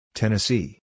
Tennessee